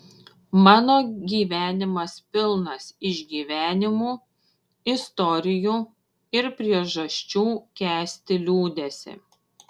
mano gyvenimas pilnas išgyvenimų istorijų ir priežasčių kęsti liūdesį